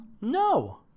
No